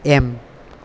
M